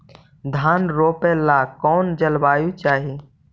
धान रोप ला कौन जलवायु चाही?